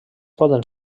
poden